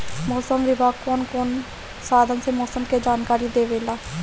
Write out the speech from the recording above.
मौसम विभाग कौन कौने साधन से मोसम के जानकारी देवेला?